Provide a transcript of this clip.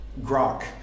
grok